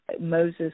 Moses